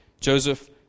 Joseph